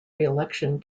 reelection